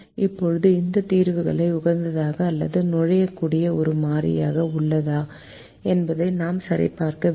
இப்போது இந்த தீர்வு உகந்ததா அல்லது நுழையக்கூடிய ஒரு மாறி உள்ளதா என்பதை நாம் சரிபார்க்க வேண்டும்